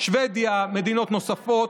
שבדיה ומדינות נוספות.